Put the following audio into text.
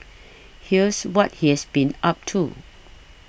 here's what he's been up to